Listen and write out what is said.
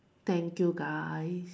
thank you guys